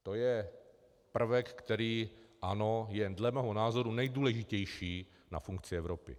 To je prvek, který je dle mého názoru nejdůležitější na funkci Evropy.